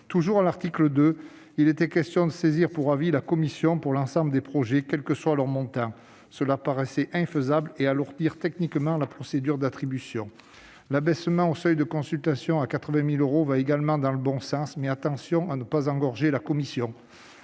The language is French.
Toujours à l'article 2, il était question de saisir pour avis la commission de l'ensemble des projets, quel que soit leur montant. Cela paraissait infaisable et de nature à alourdir techniquement la procédure d'attribution. L'abaissement du seuil de consultation à 80 000 euros va également dans le bon sens, mais il convient de veiller à ne pas engorger la commission.